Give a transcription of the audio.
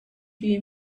you